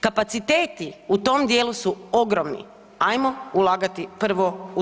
Kapaciteti u tom dijelu su ogromni, ajmo ulagati prvo u to.